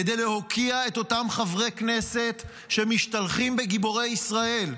כדי להוקיע את אותם חברי כנסת שמשתלחים בגיבורי ישראל.